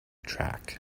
track